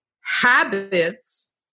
habits